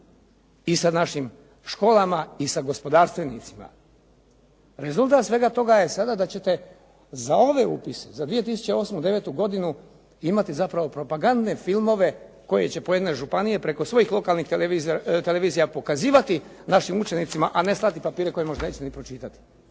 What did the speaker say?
i sa našim školama i sa gospodarstvenicima. Rezultat svega toga je sada da ćete za ove upise za 2008. devetu godinu imati zapravo propagandne filmove koje će pojedine županije preko svojih lokalnih televizija pokazivati našim učenicima, a ne slati papire koje možda neće ni pročitati.